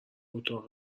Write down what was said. اتاق